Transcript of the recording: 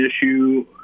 issue